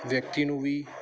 ਵਿਅਕਤੀ ਨੂੰ ਵੀ